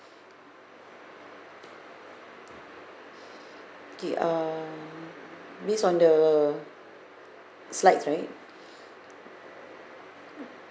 K uh based on the slides right